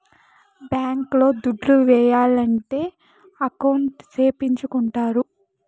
bank లో దుడ్లు ఏయాలంటే అకౌంట్ సేపిచ్చుకుంటారు